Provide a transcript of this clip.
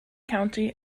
county